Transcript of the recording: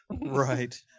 Right